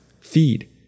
feed